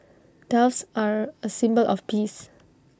doves are A symbol of peace